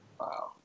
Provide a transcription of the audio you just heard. Wow